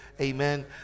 Amen